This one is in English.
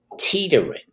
teetering